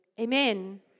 amen